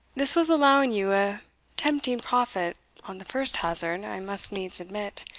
this was allowing you a tempting profit on the first hazard, i must needs admit.